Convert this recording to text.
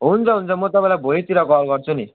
हुन्छ हुन्छ म तपाईँलाई भोलितिर कल गर्छु नि